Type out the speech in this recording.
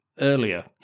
earlier